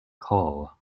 coll